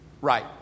Right